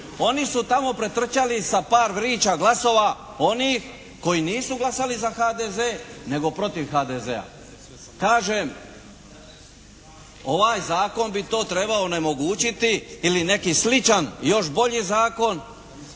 Oni su tamo pretrčali sa par vrića glasova onih koji nisu glasali za HDZ, nego protiv HDZ-a. Kažem ovaj zakon bi to trebao onemogućiti ili neki sličan još bolji zakon